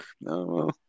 no